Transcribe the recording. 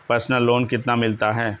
Personal loan कितना मिलता है?